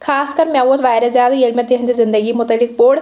خاص کر مےٚ ووت واریاہ زیادٕ ییٚلہِ مےٚ تہنٛدِ زنٛدگی متعلق پوٚر